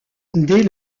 dès